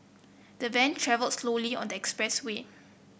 the van travelled slowly on the express way